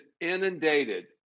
inundated